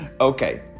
Okay